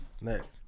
Next